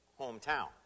hometown